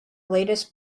latest